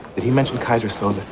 did he mention keyser soze?